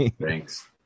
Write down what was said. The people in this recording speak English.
Thanks